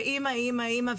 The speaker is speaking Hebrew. ואמא היא אמא היא אמא,